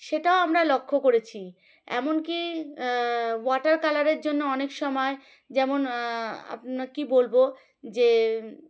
সেটাও আমরা লক্ষ্য করেছি এমনকি ওয়াটার কালারের জন্য অনেক সময় যেমন আপনা কী বলবো যে